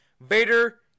Vader